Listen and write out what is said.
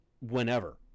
whenever